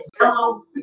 yellow